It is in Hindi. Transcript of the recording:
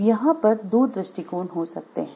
अब यहाँ पर दो दृष्टिकोण हो सकते हैं